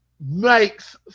makes